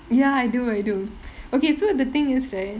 ya I do I do okay so the thing is that